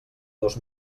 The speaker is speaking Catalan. dos